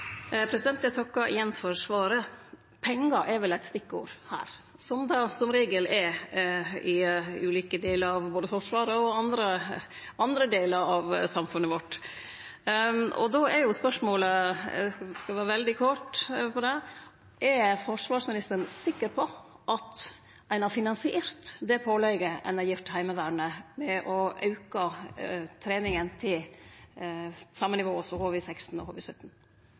ønsker. Eg takkar igjen for svaret. Pengar er vel eit stikkord her, som det som regel er både i ulike delar av Forsvaret og i andre delar av samfunnet vårt. Då er spørsmålet – eg skal vere veldig kort: Er forsvarsministeren sikker på at ein har finansiert det pålegget ein har gitt Heimevernet med å auke treninga til same nivå som HV-16 og